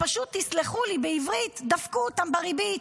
פשוט, תסלחו לי, בעברית, דפקו אותם בריבית.